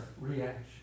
reaction